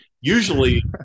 usually